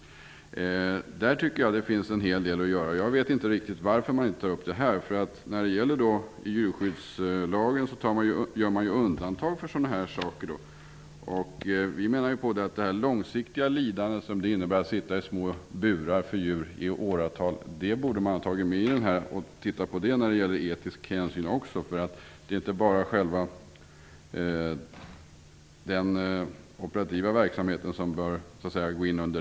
Där tycker jag att det finns en hel del att göra. Jag vet inte riktigt varför det inte tas upp. När det gäller djurskyddslagen görs ju undantag för sådana här saker. Vi menar att det långsiktiga lidande som det innebär för djuren att i åratal sitta i små burar borde ha tagits med här. Man borde ha tittat på sådana saker också när det gäller den etiska hänsynen.